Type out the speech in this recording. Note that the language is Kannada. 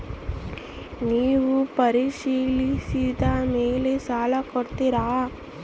ನೇವು ಪರಿಶೇಲಿಸಿದ ಮೇಲೆ ಸಾಲ ಕೊಡ್ತೇರಾ?